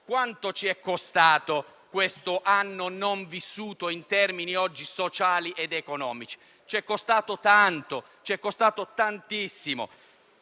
Quanto ci è costato questo anno non vissuto in termini sociali ed economici? Ci è costato tantissimo.